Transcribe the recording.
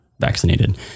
vaccinated